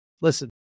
listen